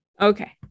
Okay